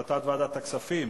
הצעת ועדת הכספים